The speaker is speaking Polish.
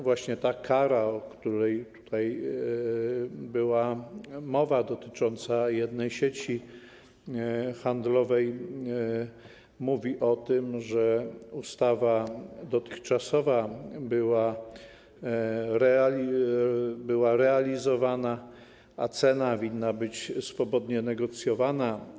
Właśnie ta kara, o której tutaj była mowa, dotycząca jednej sieci handlowej mówi o tym, że ustawa dotychczasowa była realizowana, a cena winna być swobodnie negocjowana.